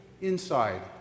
inside